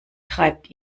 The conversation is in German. treibt